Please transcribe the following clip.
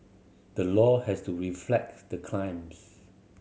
the law has to reflect the crimes